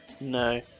No